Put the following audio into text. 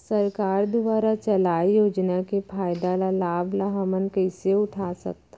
सरकार दुवारा चलाये योजना के फायदा ल लाभ ल हमन कइसे उठा सकथन?